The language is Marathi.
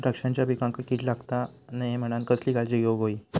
द्राक्षांच्या पिकांक कीड लागता नये म्हणान कसली काळजी घेऊक होई?